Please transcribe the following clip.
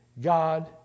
God